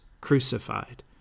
crucified